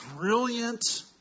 brilliant